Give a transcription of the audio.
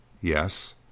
Yes